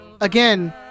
Again